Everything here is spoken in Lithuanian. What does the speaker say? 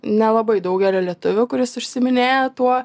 nelabai daugelio lietuvių kuris užsiiminėja tuo